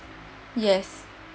yes